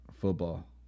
football